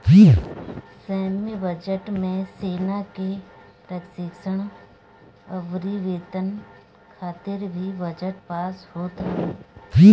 सैन्य बजट मे सेना के प्रशिक्षण अउरी वेतन खातिर भी बजट पास होत हवे